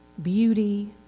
beauty